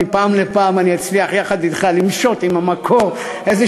מפעם לפעם אני אצליח יחד אתך למשות עם המקור איזה